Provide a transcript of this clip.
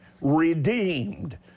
redeemed